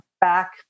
back